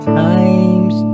times